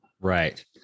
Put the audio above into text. Right